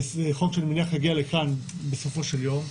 זה חוק שאני מניח יגיע לכאן בסופו של יום,